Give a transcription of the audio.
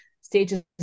stages